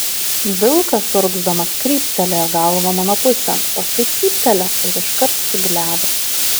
vilkas urgzdamas kryptelėjo galvą mano pusėn paskui cyptelėjo ir iškart suglebo